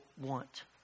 want